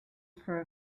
for